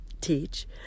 teach